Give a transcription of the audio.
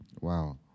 Wow